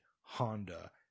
Honda